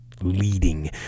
leading